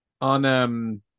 On